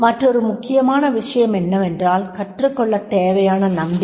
மற்றொரு முக்கியமான விஷயம் என்னவென்றால் கற்றுக்கொள்ளத் தேவையான நம்பிக்கை